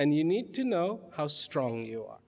and you need to know how strong you are